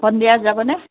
সন্ধিয়া যাব নে